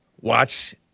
Watch